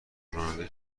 راننده